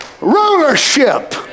rulership